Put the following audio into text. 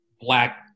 black